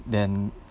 then